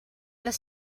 les